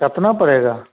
कितना पड़ेगा